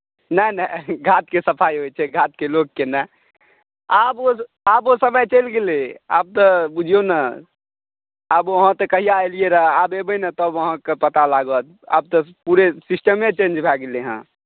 नहि नहि घाटके सफाइ होइत छै घाटके लोकके नहि आब ओ समय चलि गेलै आब तऽ बुझियौ ने आब ओ अहाँ तऽ कहिआ एलियै रहए आब एबै ने तब अहाँकेँ पता लागत आब तऽ पूरे सिस्टमे चेँज भए गेलै हेँ